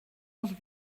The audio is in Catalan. els